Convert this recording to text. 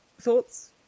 thoughts